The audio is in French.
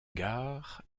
gare